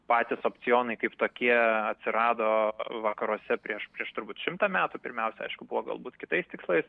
patys opcionai kaip tokie atsirado vakaruose prieš prieš turbūt šimtą metų pirmiausia aišku buvo galbūt kitais tikslais